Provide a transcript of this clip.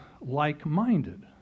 like-minded